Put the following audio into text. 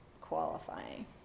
qualifying